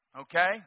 Okay